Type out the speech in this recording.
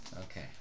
Okay